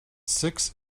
six